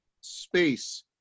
space